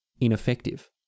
ineffective